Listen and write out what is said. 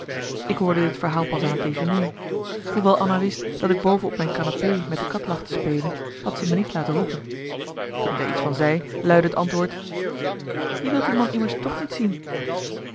ik hoorde dit verhaal pas aan het déjeûner hoewel anna wist dat ik boven op mijn canapé met de kat lag te spelen had ze mij niet laten roepen toen ik daar iets van zei luidde het antwoord je wilt die man immers toch niet zien